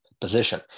position